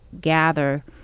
gather